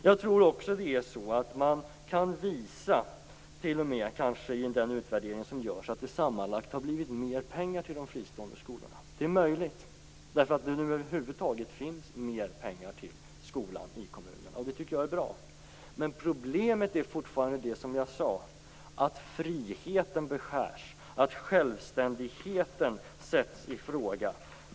Man kan kanske visa i den utvärdering som nu görs att det sammanlagt har blivit mer pengar till de fristående skolorna. Det är möjligt att det är så, därför att det finns mer pengar i kommunerna till skolan. Det tycker jag är bra. Men problemet är fortfarande att friheten beskärs och att självständigheten sätts i fråga.